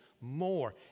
more